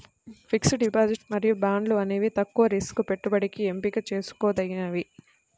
fixed deposit మరియు బాండ్లు అనేవి తక్కువ రిస్క్ పెట్టుబడికి ఎంపిక చేసుకోదగినవి